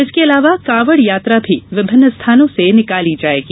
इसके अलावा कांवड यात्रा भी विभिन्न स्थानों से निकाली जाएगी